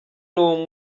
niwo